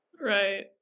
Right